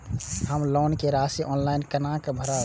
हम लोन के राशि ऑनलाइन केना भरब?